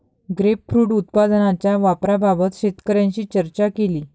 grapefruit उत्पादनाच्या वापराबाबत शेतकऱ्यांशी चर्चा केली